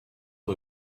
who